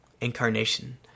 incarnation